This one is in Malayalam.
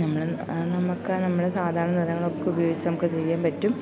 നമ്മൾ നമുക്ക് നമ്മൾ സാധാരണ നിറങ്ങളൊക്കെ ഉപയോഗിച്ച് നമുക്കത് ചെയ്യാൻ പറ്റും